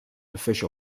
official